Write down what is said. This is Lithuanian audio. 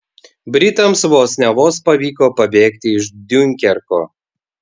britams vos ne vos pavyko pabėgti iš diunkerko